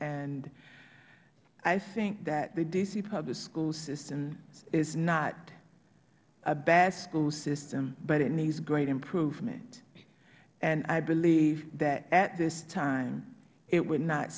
and i think that the d c public school system is not a bad school system but it needs great improvement and i believe that at this time it would not